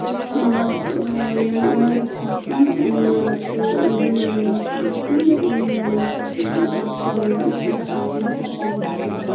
مطلب یِم مَرٕد چھِ آسان مَرٕد تہٕ زَنان یِم چھِ آسان یِمَن چھِ آسان مطلب کٲم آسان چھِ یِمَن چھِ آسان سۄ